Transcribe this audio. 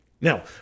Now